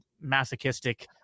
masochistic